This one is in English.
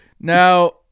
Now